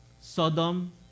Sodom